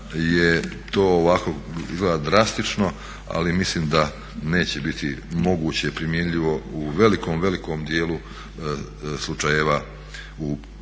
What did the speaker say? izgleda drastično ali mislim da neće biti moguće primjenljivo u velikom, velikom dijelu slučajeva u primjeni